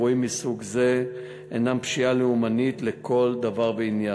אירועים מסוג זה הנם פשיעה לאומנית לכל דבר ועניין.